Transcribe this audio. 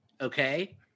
Okay